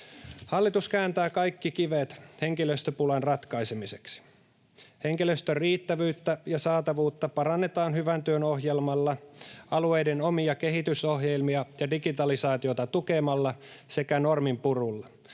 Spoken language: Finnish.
Hallitus kääntää kaikki kivet henkilöstöpulan ratkaisemiseksi. Henkilöstön riittävyyttä ja saatavuutta parannetaan Hyvän työn ohjelmalla, alueiden omia kehitysohjelmia ja digitalisaatiota tukemalla sekä norminpurulla.